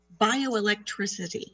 bioelectricity